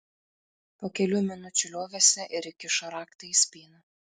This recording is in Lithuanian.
po kelių minučių liovėsi ir įkišo raktą į spyną